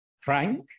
Frank